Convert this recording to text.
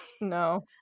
No